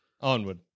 Onward